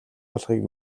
болохыг